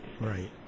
Right